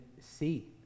see